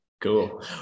Cool